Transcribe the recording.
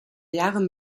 jahre